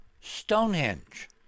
Stonehenge